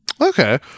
Okay